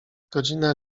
godzina